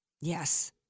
Yes